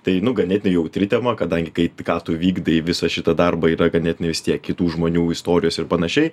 tai nu ganėtinai jautri tema kadangi kai ką tu vykdai visą šitą darbą yra ganėtinai vis tiek kitų žmonių istorijos ir panašiai